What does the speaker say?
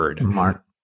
mark